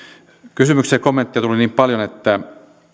kysymyksiä ja kommentteja tuli niin paljon että